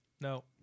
No